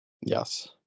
Yes